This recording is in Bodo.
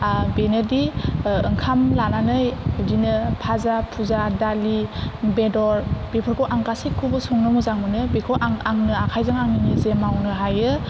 बेनोदि ओंखाम लानानै बिदिनो फाजा फुजा दालि बेदर बेफोरखौ आं गासैखौबो संनो मोजां मोनो बेफोरखौ आं आंनो आखायजों आं निजे मावनो हायो